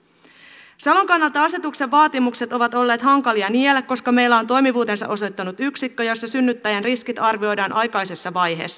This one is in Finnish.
salon kannalta asetuksen vaatimukset ovat olleet hankalia niellä koska meillä on toimivuutensa osoittanut yksikkö jossa synnyttäjän riskit arvioidaan aikaisessa vaiheessa